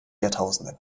jahrtausenden